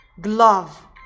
glove